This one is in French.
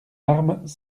armes